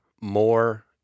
more